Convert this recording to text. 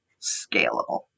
scalable